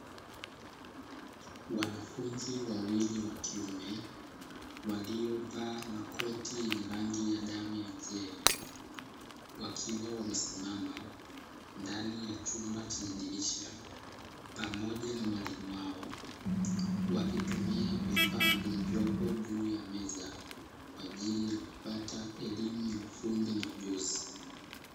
Wanafunzi wawili wa kiume waliovaa, makoti rangi ya damu ya mzee. Wakiwa wamesimama ndani ya chumba chenye dirisha. Pamoja na mwalimu wao wakitumia vifaa ,vilivyopo juu ya meza kwa ajili ya kupata elimu ya ufundi na ujuzi.